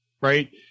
right